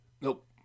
Nope